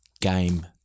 game